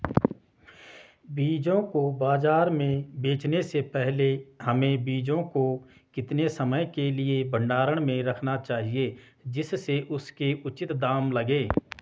बीजों को बाज़ार में बेचने से पहले हमें बीजों को कितने समय के लिए भंडारण में रखना चाहिए जिससे उसके उचित दाम लगें?